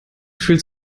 fühlt